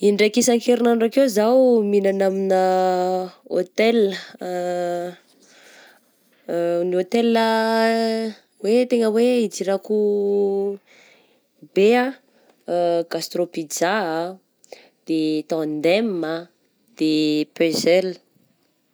Indraika isan-kerinandro akeo zaho mihignana amigna hotel, ny hotel hoe tegna hoe hidirako be ah: Gastro pizza ah, de tend'M ah, de Puzzle.